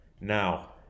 now